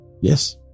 Yes